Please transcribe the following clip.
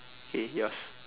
K yours